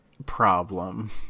problem